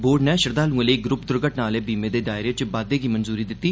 board नै श्रद्वालुएं लेई ग्रुप दुर्घटना आह्ले बीमे दे दायरे च बाद्दे गी मंजूरी दित्ती